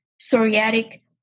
psoriatic